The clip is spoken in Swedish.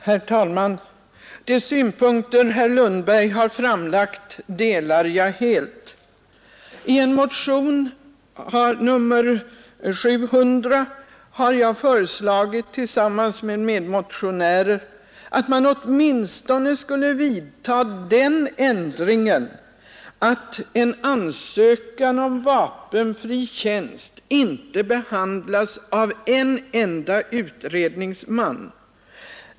Herr talman! De synpunkter herr Lundberg har framfört delar jag helt. I motion nr 700 har jag och några medmotionärer föreslagit att man skulle företa åtminstone den ändringen att ansökan om vapenfri tjänst inte skall behandlas av en enda utredningsman.